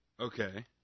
Okay